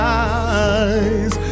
eyes